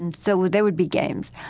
and so there would be games.